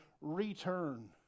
return